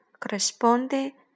corresponde